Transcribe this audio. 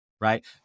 Right